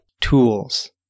tools